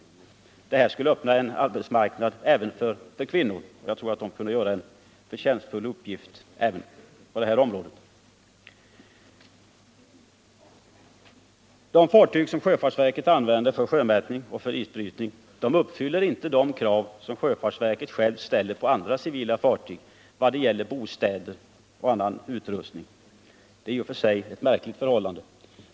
Om man hade civil bemanning på dessa fartyg skulle det öppna en arbetsmarknad även för kvinnor. De skulle kunna göra en förtjänstfull insats även på det området. De fartyg som sjöfartsverket använder för sjömätning och för isbrytning uppfyller inte de krav som sjöfartsverket självt ställer på andra civila fartyg vad gäller bostäder och annan utrustning. Det är i och för sig ett märkligt förhållande.